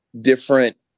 different